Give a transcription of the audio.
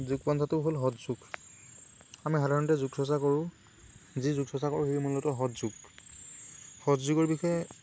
যোগ পন্থাটো হ'ল সৎযোগ আমি সাধাৰণতে যোগ চৰ্চা কৰোঁ যি যোগ চৰ্চা কৰোঁ সেই মূলতঃ সৎযোগ সৎযোগৰ বিষয়ে